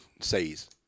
says